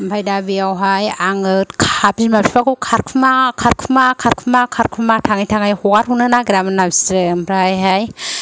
आमफ्राय दा बियावहाय आङो बिमा बिफाखौ खारखुमा खारखुमा खारखुमा खारखुमा थाङै थाङै हगारहरनो नागिरामोनना बिसोरो ओमफ्राय हाय